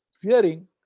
fearing